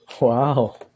Wow